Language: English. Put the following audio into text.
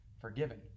forgiven